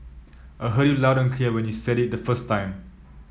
I heard you loud and clear when you said it the first time